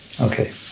Okay